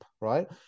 right